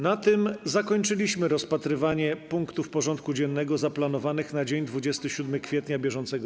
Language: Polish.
Na tym zakończyliśmy rozpatrywanie punktów porządku dziennego zaplanowanych na dzień 27 kwietnia br.